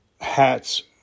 hats